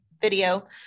video